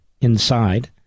inside